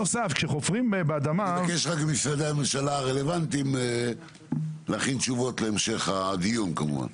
אני מבקש ממשרדי הממשלה הרלוונטיים להכין תשובות להמשך הדיון כמובן.